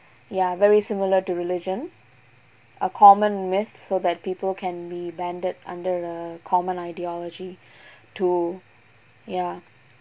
ya very similar to religion a common myth so that people can be banded under a common ideology to ya